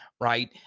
right